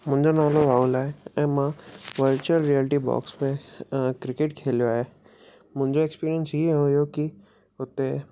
मुंहिंजो नालो राहुल आहे ऐं मां कल्चर रियलिटी बॉक्स में क्रिकेट खेलियो आहे मुंहिंजो एक्सपीरियंस ईअं हुओ की हुते